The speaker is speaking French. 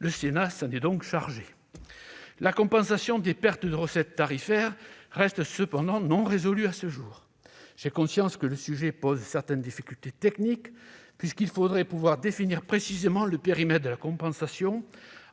Le Sénat s'en est donc chargé ! La question de la compensation des pertes de recettes tarifaires n'est toujours pas résolue à ce jour. J'ai conscience qu'elle pose certaines difficultés techniques puisqu'il faudrait pouvoir définir précisément le périmètre de la compensation